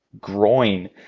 groin